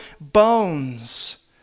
bones